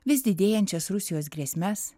vis didėjančias rusijos grėsmes